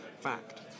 fact